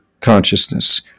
consciousness